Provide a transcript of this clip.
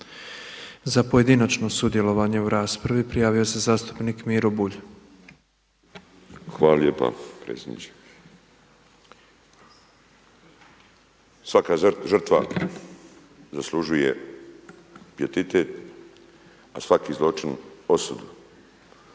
Za pojedinačno sudjelovanje u raspravi prijavio se zastupnik Miro Bulj. **Bulj, Miro (MOST)** Hvala lijepa predsjediče. Svaka žrtva zaslužuje pijetitet a svaki zločin osudu,